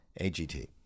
AGT